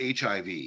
hiv